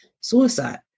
suicide